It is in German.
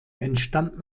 entstand